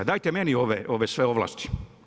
Dajte meni ove sve ovlasti.